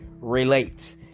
Relate